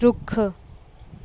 ਰੁੱਖ